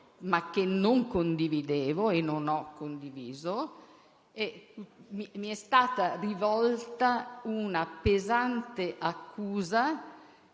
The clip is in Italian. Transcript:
ma che non condividevo e non ho condiviso, mi è stata rivolta una pesante accusa